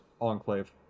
enclave